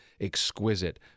exquisite